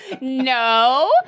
no